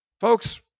Folks